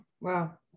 Wow